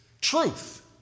truth